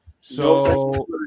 So-